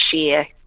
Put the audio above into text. share